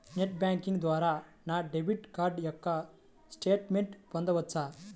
Net banking ద్వారా నా debit card యొక్క స్టేట్మెంట్ పొందవచ్చా?